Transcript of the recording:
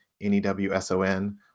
N-E-W-S-O-N